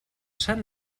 sant